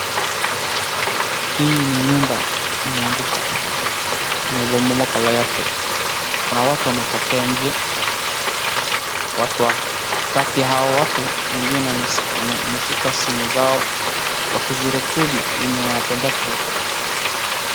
Hii ni nyumba imeanguka, imebomoka yote. Kuna watu wametokea nje kati ya hao watu wengine wameshika simu zao wakizirekodi yenye yanatendeka hapo.